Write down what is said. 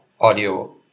audio